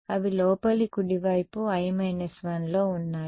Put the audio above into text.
అవి లోపలి కుడివైపు i 1లో ఉన్నాయి